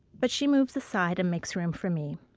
but she moves aside and makes room for me